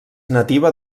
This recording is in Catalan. nativa